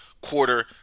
quarter